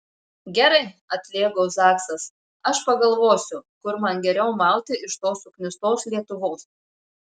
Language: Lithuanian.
gerai atlėgo zaksas aš pagalvosiu kur man geriau mauti iš tos suknistos lietuvos